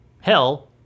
hell